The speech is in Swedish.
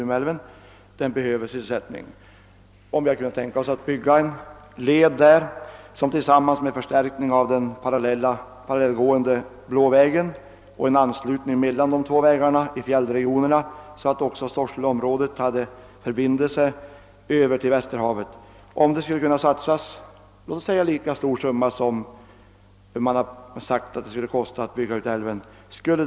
Om vi kunde tänka oss att det kunde satsas en lika stor summa, som man har sagt att utbyggnad av Vindelälven skulle kosta, på att bygga en väg som tillsammans med förstärkning av den parallellgående Blå vägen och en anslutning mellan de två vägarna i fjällregionerna för att ge Sorseleområdet förbindelse till Västerhavet, skulle inte det kunna ge sysselsättning i lika hög grad som en utbyggnad av Vindelälven? Inrikesministern svarar nej på frågan.